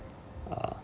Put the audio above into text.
uh